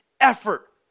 effort